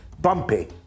bumpy